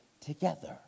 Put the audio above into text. together